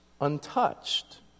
untouched